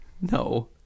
No